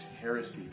heresy